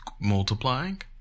multiplying